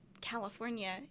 California